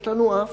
יש לנו אף,